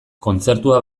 kontzertua